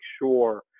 sure